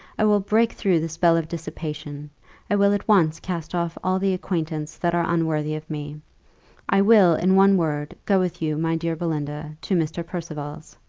i will break through the spell of dissipation i will at once cast off all the acquaintance that are unworthy of me i will, in one word, go with you, my dear belinda, to mr. percival's.